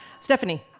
Stephanie